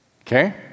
okay